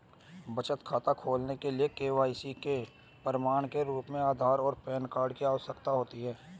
बचत खाता खोलने के लिए के.वाई.सी के प्रमाण के रूप में आधार और पैन कार्ड की आवश्यकता होती है